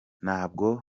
ntabwo